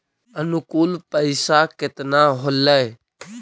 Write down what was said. अनुकुल पैसा केतना होलय